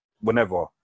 whenever